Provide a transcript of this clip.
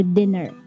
dinner